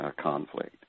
conflict